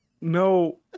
No